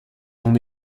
ton